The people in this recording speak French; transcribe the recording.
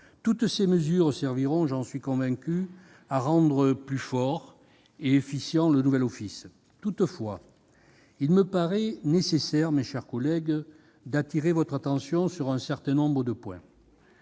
Toutes ces mesures serviront, j'en suis convaincu, à rendre plus fort et efficient le nouvel Office. Toutefois, il me paraît nécessaire, mes chers collègues, d'appeler votre attention sur un certain nombre de points.